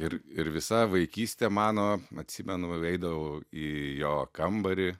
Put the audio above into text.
ir ir visa vaikystė mano atsimenu eidavau į jo kambarį